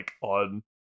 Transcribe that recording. on